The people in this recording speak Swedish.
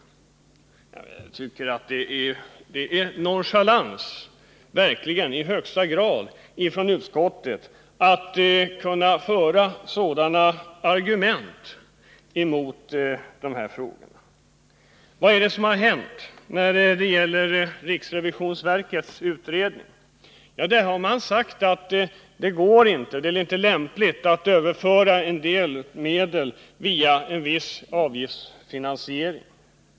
Jag tycker att det är nonchalans i högsta grad från utskottet att anföra sådana argument i dessa frågor. Vad är det som har hänt när det gäller riksrevisionsverkets utredning? Där har man sagt att det inte är lämpligt att överföra en del medel via en viss avgiftsfinansiering.